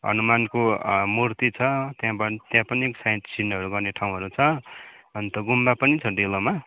हनुमान्को मूर्ति छ त्यहाँबाट त्यहाँ पनि साइड सिइनहरू गर्ने ठाउँहरू छ अन्त गुम्बा पनि छ डेलोमा